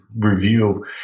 review